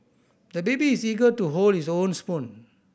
the baby is eager to hold his own spoon